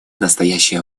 настоящее